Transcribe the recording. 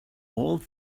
all